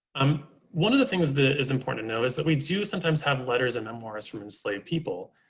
um one of the things that is important to know is that we do sometimes have letters and memoirs from enslaved people.